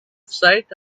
sight